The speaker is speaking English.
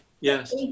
yes